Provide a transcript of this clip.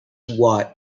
watt